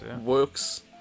works